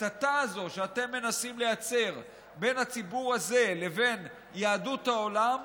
הקטטה הזאת שאתם מנסים לייצר בין הציבור הזה לבין יהדות העולם,